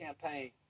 campaign